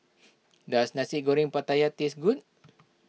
does Nasi Goreng Pattaya taste good